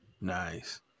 Nice